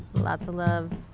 lots of love.